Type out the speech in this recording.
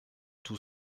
tout